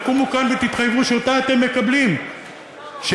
תקומו כאן ותתחייבו שאתם מקבלים אותה,